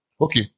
Okay